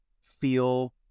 feel